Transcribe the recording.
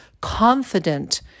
confident